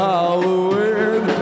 Halloween